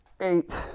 eight